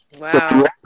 Wow